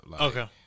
Okay